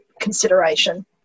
consideration